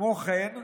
כמו כן,